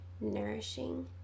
nourishing